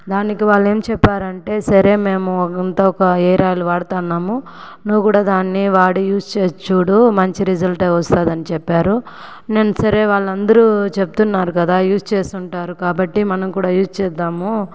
దానికి వాళ్ళేం చెప్పారంటే సరే మేము అంతా ఒక హెయిర్ ఆయిలు వాడుతున్నాము నువ్వు కూడా దాన్నే వాడి యూజ్ చేసి చూడు మంచి రిజల్టే వస్తుందని చెప్పారు నేను సరే వాళ్ళందరూ చెప్తున్నారు కదా యూజ్ చేసుంటారు కాబట్టి మనం కూడా యూజ్ చేద్దాము